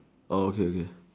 orh okay okay